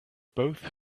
both